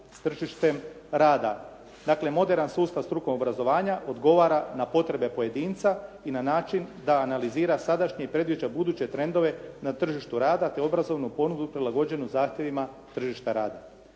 s tržištem rada. Dakle, moderan sustav strukovnog obrazovanja odgovara na potrebe pojedinca i na način da analizira sadašnji i predviđa buduće trendove na tržištu rada te obrazovnu ponudu prilagođenu zahtjevima tržišta rada.